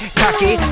cocky